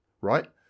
right